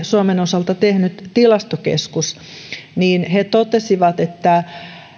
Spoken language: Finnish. suomen osalta tehnyt tilastokeskus he totesivat että